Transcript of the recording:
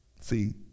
See